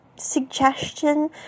suggestion